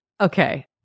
Okay